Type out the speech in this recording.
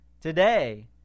Today